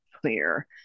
clear